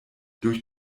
durch